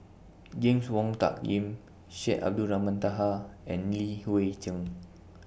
James Wong Tuck Yim Syed Abdulrahman Taha and Li Hui Cheng